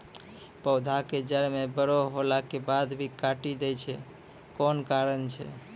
पौधा के जड़ म बड़ो होला के बाद भी काटी दै छै कोन कारण छै?